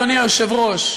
אדוני היושב-ראש,